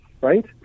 Right